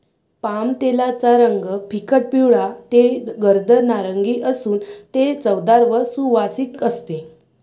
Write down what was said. पामतेलाचा रंग फिकट पिवळा ते गर्द नारिंगी असून ते चवदार व सुवासिक असते